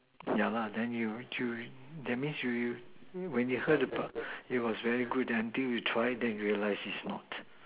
ya lah then you that means you you when you heard about it was very good until you tried it then you realize it's not